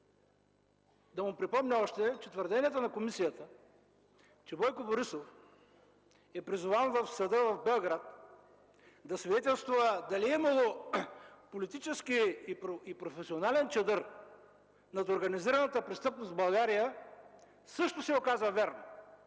Да му припомня още, че твърдението на комисията, че Бойко Борисов е призован в съда в Белград да свидетелства дали е имало политически и професионален чадър над организираната престъпност в България, също се оказа вярно.